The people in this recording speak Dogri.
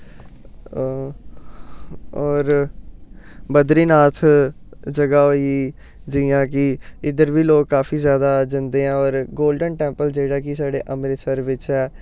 होर बद्दरी नाथ जगह होई गेई जि'यां कि इद्धर बी लोग काफी जैदा जंदे ऐं होर गोल्डन टैंपल जेह्ड़ा कि अमृतसर बिच्च ऐ